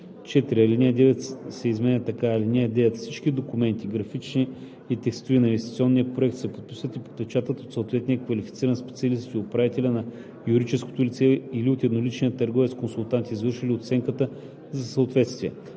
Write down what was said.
4. Алинея 9 се изменя така: „(9) Всички документи – графични и текстови, на инвестиционния проект се подписват и подпечатват от съответния квалифициран специалист и от управителя на юридическото лице или от едноличния търговец консултант, извършил оценката за съответствие.